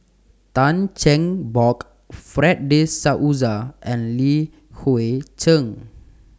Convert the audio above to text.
Tan Cheng Bock Fred De Souza and Li Hui Cheng